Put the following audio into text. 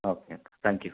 okay thank you